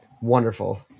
Wonderful